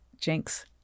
Jinx